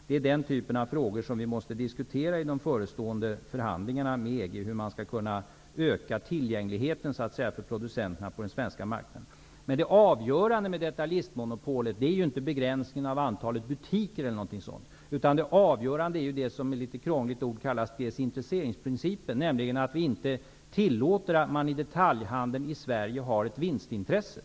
Det är en typ av frågor som vi måste diskutera i de förestående förhandlingarna med EG, hur man skall kunna öka tillgängligheten för producenterna på den svenska marknaden. Men det avgörande med detaljistmonopolet är ju inte en begränsning av antalet butiker eller något sådant, utan det som med ett litet krångligt ord kallas desintresseringsprincipen, enligt vilken vi inte tillåter att man i detaljhandeln i Sverige har ett vinstintresse.